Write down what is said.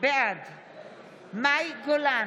בעד מאי גולן,